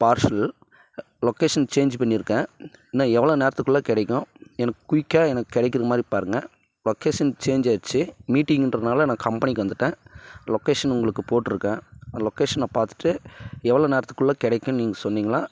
parcel location change பண்ணியிருக்கேன் இன்னும் எவ்வளோ நேரத்துக்குள்ள கிடைக்கும் எனக்கு குயிக்காக எனக்கு கிடைக்கிறது மாதிரி பாருங்க லொக்கேஷன் சேஞ்ச் ஆயிடுச்சி மீட்டிங்கின்றதுனால் நான் கம்பெனிக்கு வந்துவிட்டேன் லொக்கேஷன் உங்களுக்கு போட்டிருக்கேன் லொக்கேஷனை பார்த்துட்டு எவ்வளோ நேரத்துக்குள்ளே கிடைக்குன்னு நீங்கள் சொன்னீங்கனா